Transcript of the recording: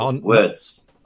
Words